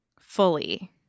fully